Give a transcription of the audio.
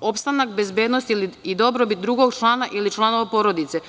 opstanak, bezbednost i dobrobit drugog člana ili članova porodice.